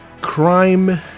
crime